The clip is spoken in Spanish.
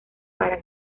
para